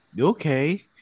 Okay